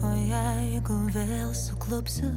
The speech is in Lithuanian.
o jeigu suklupsiu